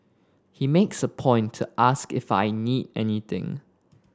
he makes it a point to ask if I need anything